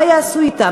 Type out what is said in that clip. מה יעשו אתם?